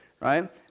right